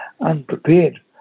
unprepared